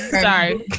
sorry